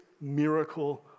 miracle